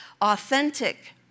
authentic